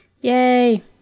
Yay